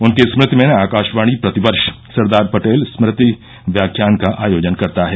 उनकी स्मृति में आकाशवाणी प्रतिवर्ष सरदार पटेल स्मृति व्याख्यान का आयोजन करता है